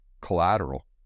collateral